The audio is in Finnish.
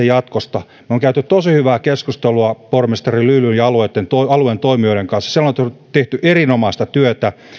jatkosta me olemme käyneet tosi hyvää keskustelua pormestari lylyn ja alueen toimijoiden kanssa siellä on tehty erinomaista työtä